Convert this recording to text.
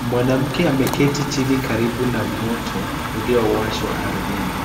Mwanamke ameketi chini karibu na moto uliowashwa ardhini